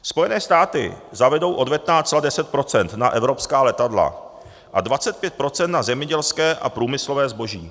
Spojené státy zavedou odvetná cla 10 % na evropská letadla a 25 % na zemědělské a průmyslové zboží.